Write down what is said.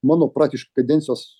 mano praktiškai kadencijos